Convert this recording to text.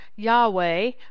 Yahweh